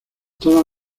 todas